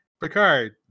Picard